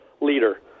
leader